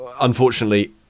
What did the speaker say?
unfortunately